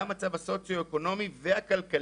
גם המצב הסוציו אקונומי והכלכלי,